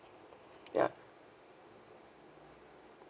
ya